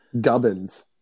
Gubbins